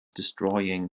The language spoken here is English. destroying